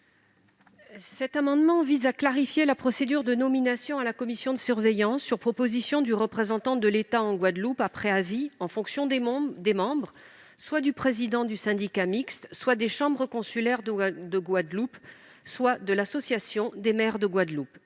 Cet amendement vise à clarifier la procédure de nomination à la commission de surveillance sur proposition du représentant de l'État en Guadeloupe, après avis, en fonction des membres, soit du président du syndicat mixte, soit des chambres consulaires de Guadeloupe, soit de l'association des maires de Guadeloupe.